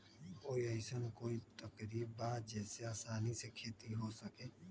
कोई अइसन कोई तरकीब बा जेसे आसानी से खेती हो सके?